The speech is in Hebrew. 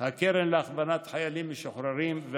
והקרן להכוונת חיילים משוחררים.